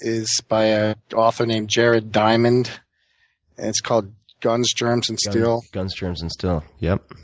is by an author named jared diamond and it's called guns, germs and steel. guns, germs and steel, yeah.